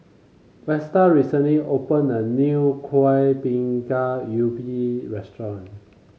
Vesta recently opened a new Kuih Bingka Ubi restaurant